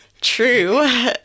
True